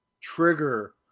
trigger